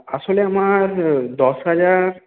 আসলে আমার দশ হাজার